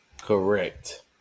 Correct